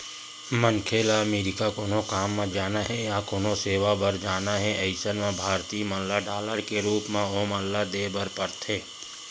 मनखे ल अमरीका कोनो काम म जाना हे या कोनो सेवा ले बर जाना हे अइसन म भारतीय मन ल डॉलर के रुप म ओमन ल देय बर परथे